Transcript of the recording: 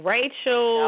Rachel